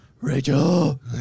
Rachel